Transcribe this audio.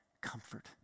Comfort